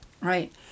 Right